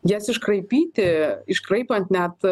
jas iškraipyti iškraipant net